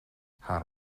haar